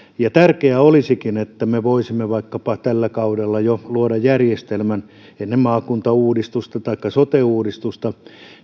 ja tärkeää olisikin että me voisimme vaikkapa jo tällä kaudella luoda järjestelmän ennen maakuntauudistusta taikka sote uudistusta